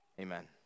Amen